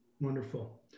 Wonderful